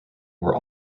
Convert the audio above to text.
were